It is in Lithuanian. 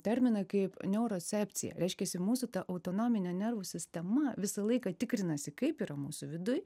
terminą kaip neurocepcija reiškiasi mūsų autonominė nervų sistema visą laiką tikrinasi kaip yra mūsų vidji